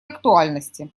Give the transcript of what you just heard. актуальности